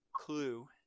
clue